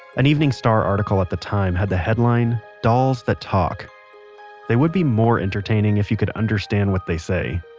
an evening star article at the time had the headline dolls that talk they would be more entertaining if you could understand what they say.